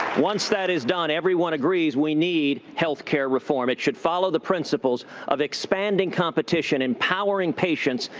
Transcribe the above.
once that is done, everyone agrees we need healthcare reform. it should follow the principles of expanding competition, empowering patients,